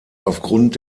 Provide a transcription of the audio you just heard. aufgrund